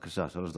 בבקשה, שלוש דקות.